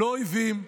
לא אויבים,